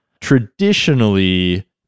Traditionally